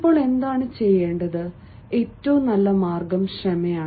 ഇപ്പോൾ എന്താണ് ചെയ്യേണ്ടത് ഏറ്റവും നല്ല മാർഗം ക്ഷമയാണ്